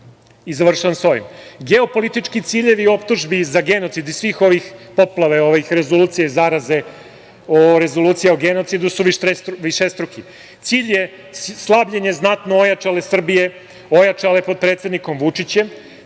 završavam sa ovim - geopolitički ciljevi optužbi za genocid i svih ovih poplava rezolucija i zaraze o rezoluciji o genocidu su višestruki. Cilj je slabljenje znatno ojačale Srbije, ojačale pod predsednikom Vučićem,